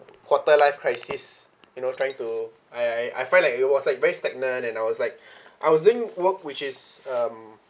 quarter life crisis you know trying to I I I felt like it was like very stagnant and I was like I was doing work which is um